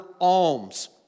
alms